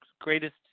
greatest